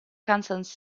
kansas